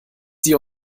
sie